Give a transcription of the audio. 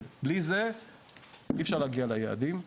בלי זה אי אפשר להגיע ליעדים.